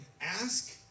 Ask